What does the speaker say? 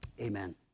Amen